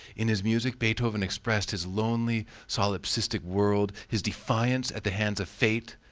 in his music beethoven expressed his lonely, solipsistic world, his defiance at the hands of fate,